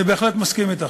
אני בהחלט מסכים אתך.